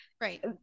right